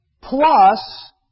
Plus